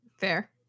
fair